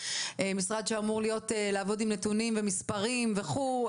משרד שאמור לעבוד עם נתונים ומספרים וכולי.